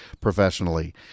professionally